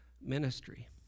ministry